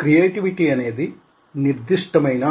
creativity అనేది నిర్దిష్టమైన